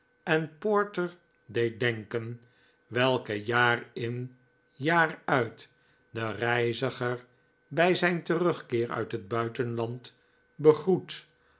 en porter deed denken welke jaar in jaar uit den reiziger bij zijn terugkeer uit het buitenland